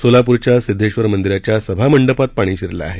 सोलापूरच्या सिध्देबर मंदिराच्या सभामंडपात पाणी शिरलं आहे